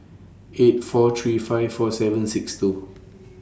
eight four three five four seven six two